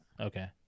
Okay